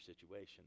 situation